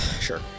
Sure